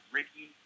Ricky